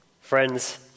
Friends